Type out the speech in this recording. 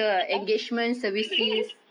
tak tahu